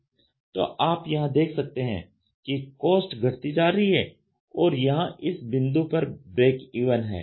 तो आप यहां देख सकते हैं कि कॉस्ट घटती जा रही हैं और यहां इस बिंदु पर ब्रेकइवन है